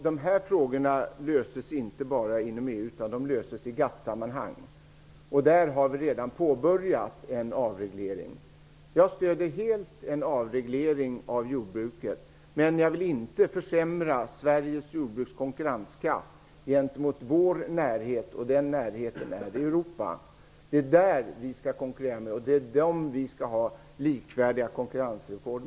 Dessa frågor löses inte bara inom EU, utan de löses i GATT-sammanhang. Där har vi redan påbörjat en avreglering. Jag stödjer helt en avreglering av jordbruket, men jag vill inte försämra Sveriges jordbruks konkurrenskraft gentemot vår närhet. Den närheten är Europa. Det är där vi skall konkurrera. Det är med de länderna vi skall ha likvärdiga konkurrensvillkor.